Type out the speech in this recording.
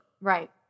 Right